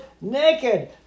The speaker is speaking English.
naked